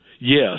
Yes